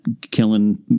killing